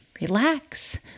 relax